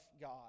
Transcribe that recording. God